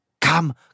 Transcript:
Come